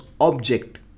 object